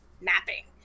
mapping